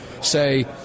say